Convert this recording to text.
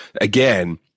again